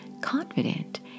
confident